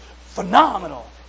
phenomenal